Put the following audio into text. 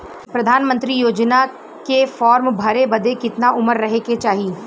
प्रधानमंत्री योजना के फॉर्म भरे बदे कितना उमर रहे के चाही?